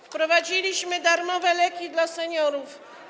Wprowadziliśmy darmowe leki dla seniorów.